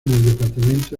departamento